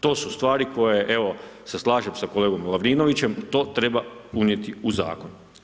To su stvari koje evo se slažem sa kolegom Lovrinovićem, to treba unijeti u zakon.